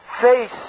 face